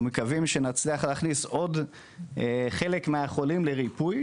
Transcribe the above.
אנחנו מקווים שנצליח להכניס עוד חלק מהחולים לריפוי